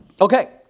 Okay